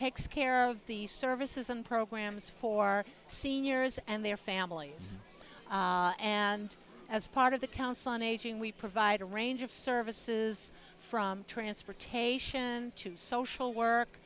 takes care of the services and programs for seniors and their families and as part of the council on aging we provide a range of services from transportation to social work